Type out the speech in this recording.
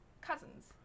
cousins